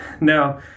Now